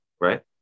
right